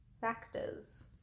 factors